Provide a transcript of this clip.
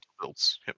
builds